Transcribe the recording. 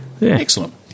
Excellent